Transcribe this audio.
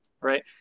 right